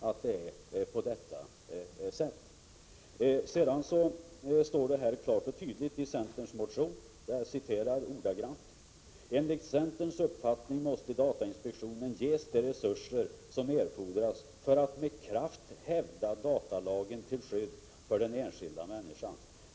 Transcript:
I centerns motion står vidare: ”Enligt centerns uppfattning måste datainspektionen ges de resurser som erfordras för att med kraft hävda datalagen till skydd för den enskilda människan.